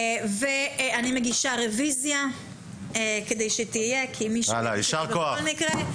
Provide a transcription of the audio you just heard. אני מגישה רוויזיה כדי שהיא תהיה לכל מקרה.